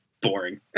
boring